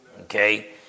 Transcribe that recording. Okay